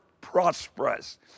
prosperous